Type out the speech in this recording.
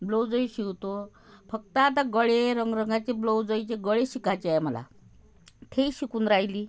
ब्लाऊजही शिवतो फक्त आता गळे रंगरंगाचे ब्लाऊजचे गळे शिकायचे मला तेही शिकून राहिली